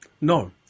No